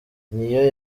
niyo